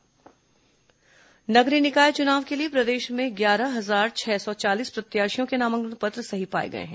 नगरीय निकाय चुनाव नगरीय निकाय चुनाव के लिए प्रदेश में ग्यारह हजार छह सौ चालीस प्रत्याशियों के नामांकन पत्र सही पाए गए हैं